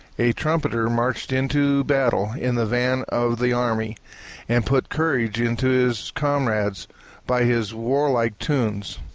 a trumpeter marched into battle in the van of the army and put courage into his comrades by his warlike tunes.